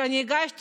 שאני הגשתי,